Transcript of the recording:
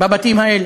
בבתים האלה.